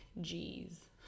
G's